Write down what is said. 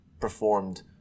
performed